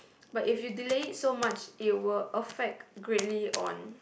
but if you delay it so much it will affect greatly on